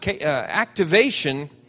activation